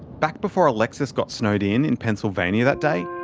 back before alexis got snowed in in pennsylvania that day,